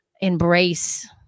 embrace